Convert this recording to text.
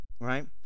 Right